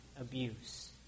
abuse